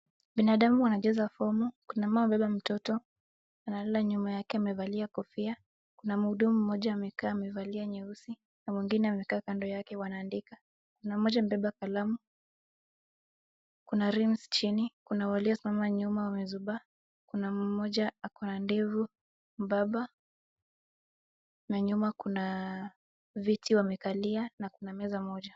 Binadamu wanajaza fomu, kuna mama amebeba mtoto analala nyuma yake amevalia kofia, kuna mhudumu mmoja amekaa amevalia nyeusi, na mwingine amekaa kando yake wanaandika, kuna mmoja amebeba kalamu, kuna reams chini, kuna waliosimama nyuma wamezubaa, kuna mmoja akona ndevu mbaba, na nyuma kuna viti wamekalia, na kuna meza moja.